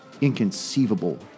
inconceivable